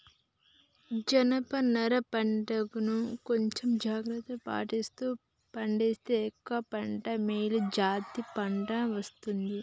జనప నారా పంట ను కొంచెం జాగ్రత్తలు పాటిస్తూ పండిస్తే ఎక్కువ పంట మేలు జాతి పంట వస్తది